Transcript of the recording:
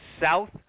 south